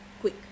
quick